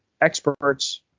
experts